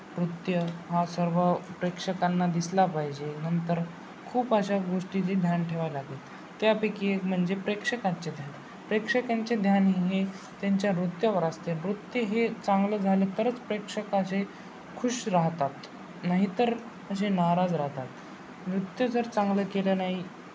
नृत्य हा सर्व प्रेक्षकांना दिसला पाहिजे नंतर खूप अशा गोष्टीचे ध्यान ठेवावे लागेल त्यापैकी एक म्हणजे प्रेक्षकांचे ध्यान प्रेक्षकांचे ध्यान हे त्यांच्या नृत्यावर असते नृत्य हे चांगलं झालं तरच प्रेक्षक असे खुश राहतात नाहीतर असे नाराज राहतात नृत्य जर चांगलं केलं नाही